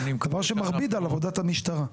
דבר שמכביד על עבודת המשטרה.